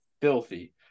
filthy